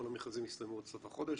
כל המכרזים יסתיימו עד סוף החודש,